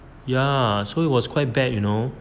ya so it was quite bad you know